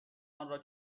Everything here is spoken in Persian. آنرا